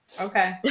Okay